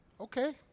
Okay